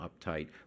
uptight